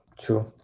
true